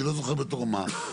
אני לא זוכר בתור מה,